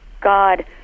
God